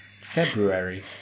February